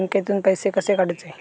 बँकेतून पैसे कसे काढूचे?